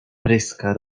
pryska